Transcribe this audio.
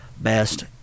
best